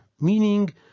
meaning